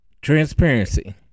Transparency